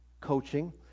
coaching